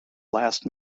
last